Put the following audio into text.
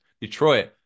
Detroit